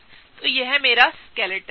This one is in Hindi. तो यह मेरा स्केलेटन है